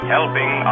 Helping